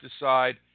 decide